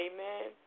Amen